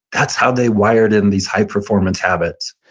that's how they wired in these high-performance habits.